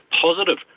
positive